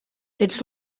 its